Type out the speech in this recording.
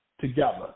together